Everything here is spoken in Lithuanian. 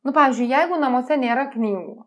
nu pavyzdžiui jeigu namuose nėra knygų